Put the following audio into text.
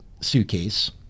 suitcase